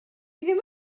ddim